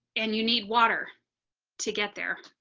and you need water to get there.